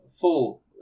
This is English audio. full